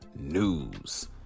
news